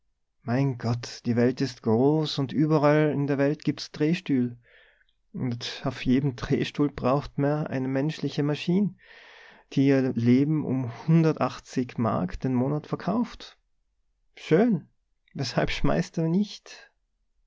mein gott die welt is groß und überall in der welt gibt's drehstühl und auf jedem drehstuhl braucht merr eine menschliche maschin die ihr leben um hundertachtzig mark den monat verkauft schön weshalb schmeißt er nicht